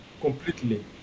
completely